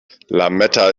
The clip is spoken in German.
lametta